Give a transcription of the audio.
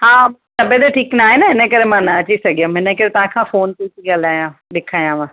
हा तबियत ठीकु नाहे न इनकरे मां न अची सघियमि इनकरे तव्हां खां फ़ोन ते ई थी ॻाल्हायां लिखायांव